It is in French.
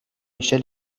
michel